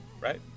right